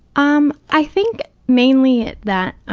um i think mainly that,